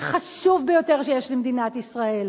החשוב ביותר שיש למדינת ישראל,